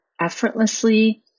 effortlessly